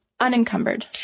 Unencumbered